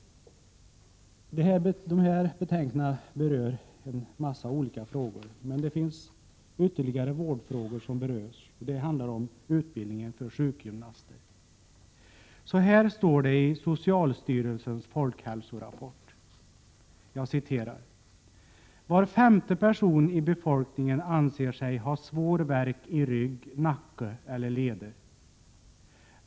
Dessa betänkanden rör många olika frågor. En av dem är utbildningen av sjukgymnaster. Så här står det i socialstyrelsens folkhälsorapport: ”Var femte person i befolkningen anser sig ha svår värk i rygg, nacke eller leder.